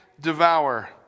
devour